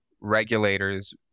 regulators